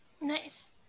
Nice